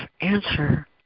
answer